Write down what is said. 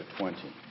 20